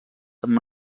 amb